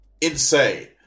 insane